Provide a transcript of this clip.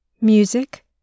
Music